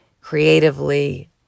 creatively